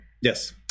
Yes